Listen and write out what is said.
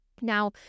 Now